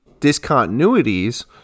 discontinuities